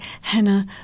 Hannah